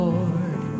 Lord